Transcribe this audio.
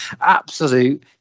Absolute